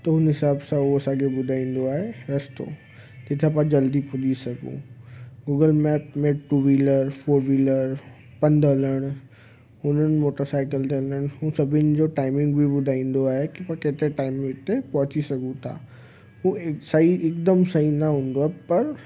त उन हिसाब सां हो असांखे ॿुधाईंदो आहे रस्तो तंहिं जा पाण जल्दी पुॼी सघूं गूगल मैप में टू व्हीलर फोर व्हीलर पंधु हलणु हुननि मोटर साइकिल ते हलनि हुन सभिनि जो टाइमिंग बि ॿुधाईंदो आहे की पाण केतिरे टाइमिंग ते पहुची सघूं था हू सही हिकदमि सही त हूंदो आहे पर